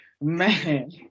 man